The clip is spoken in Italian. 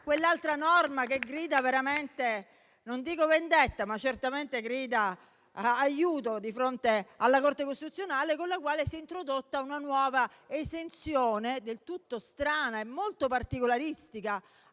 quella norma che grida non dico vendetta, ma certamente grida aiuto di fronte alla Corte costituzionale, con la quale si è introdotta una nuova esenzione del tutto strana e molto particolaristica